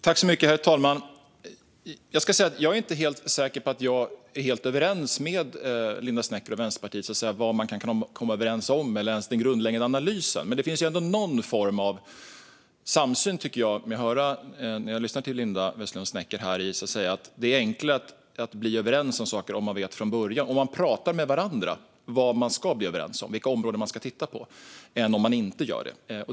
Herr talman! Jag är inte helt säker på att jag är överens med Linda Snecker och Vänsterpartiet när det gäller vad man kan komma överens om eller ens den grundläggande analysen. Men det finns ändå någon form av samsyn, tycker jag mig höra när jag lyssnar till Linda Westerlund Snecker: Det är enklare att bli överens om saker om man pratar med varandra om vad man ska bli överens om och vilka områden man ska titta på än om man inte gör det.